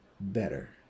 better